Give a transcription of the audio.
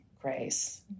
Grace